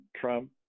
Trump